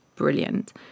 brilliant